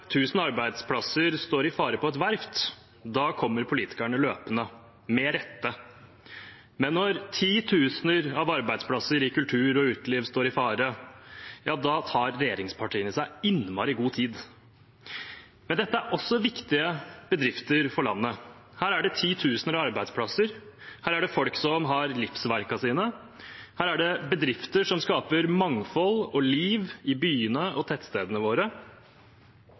arbeidsplasser står i fare på et verft, kommer politikerne løpende – med rette – men når titusener av arbeidsplasser i kultur- og uteliv står i fare, tar regjeringspartiene seg innmari god tid. Men dette er også viktige bedrifter for landet. Her er det titusener av arbeidsplasser, her er det folk som har livsverkene sine, her er det bedrifter som skaper mangfold og liv i byene og tettstedene våre,